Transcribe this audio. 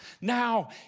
now